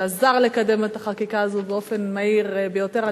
שעזר לקדם את החקיקה הזאת באופן מהיר ביותר.